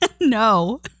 No